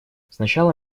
сначала